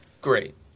Great